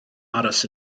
aros